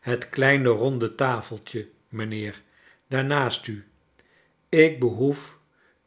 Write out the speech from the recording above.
het kleine ronde tafeltje mijnheer daar naast u ik behoef